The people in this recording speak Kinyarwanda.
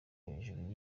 hejuru